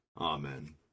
Amen